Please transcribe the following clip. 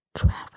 Travel